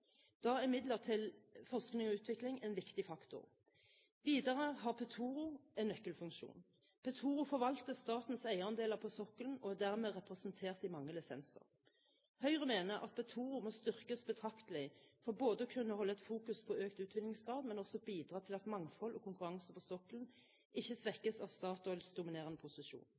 Da er midler til forskning og utvikling en viktig faktor. Videre har Petoro en nøkkelfunksjon. Petoro forvalter statens eierandeler på sokkelen og er dermed representert i mange lisenser. Høyre mener at Petoro må styrkes betraktelig for både å kunne holde fokus på økt utvinningsgrad og bidra til at mangfold og konkurranse på sokkelen ikke svekkes av Statoils dominerende posisjon.